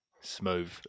Smooth